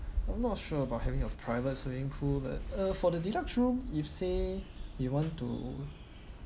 I'm not so about having a private swimming pool that uh for the deluxe room if say we want to